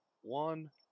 one